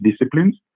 disciplines